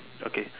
okay